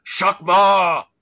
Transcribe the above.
Shakma